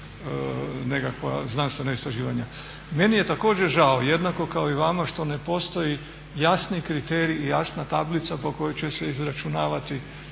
nekakva znanstvena istraživanja. Meni je također žao, jednako kao i vama, što ne postoji jasni kriterij i jasna tablica po kojoj će se izračunavati